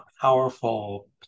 powerful